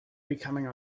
becoming